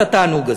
את התענוג הזה.